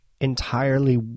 entirely